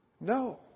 No